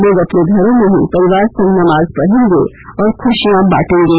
लोग अपने घरों में ही परिवार संग नमाज पढ़ेंगे और ख्रशियां बांटेंगे